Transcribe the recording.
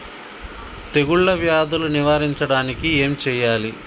తెగుళ్ళ వ్యాధులు నివారించడానికి ఏం చేయాలి?